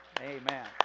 amen